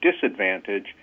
disadvantage